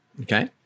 Okay